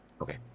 Okay